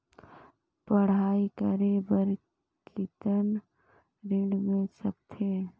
पढ़ाई करे बार कितन ऋण मिल सकथे?